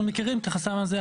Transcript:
אנחנו מכירים את החסם הזה.